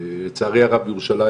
לצערי הרב בירושלים,